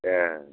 ए